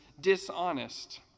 dishonest